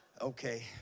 Okay